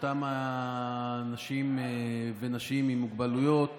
כשלאותם האנשים ונשים עם מוגבלויות